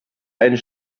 einen